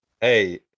Hey